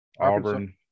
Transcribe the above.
Auburn